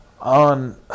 On